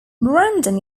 brandon